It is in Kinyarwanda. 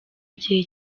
igihe